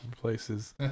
places